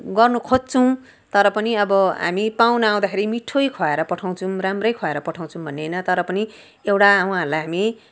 गर्न खोज्छौँ तर पनि अब हामी पाहुना आउँदाखेरि मिठाई खुवाएर पठाउँछौँ राम्रौ खुवाएर पठाउँछौँ भन्ने होइन तर पनि एउटा उहाँहरूलाई हामी